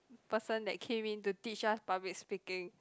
person that came in to teach us public speaking